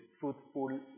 fruitful